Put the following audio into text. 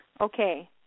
Okay